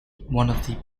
the